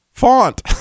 font